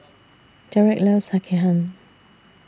Derek loves Sekihan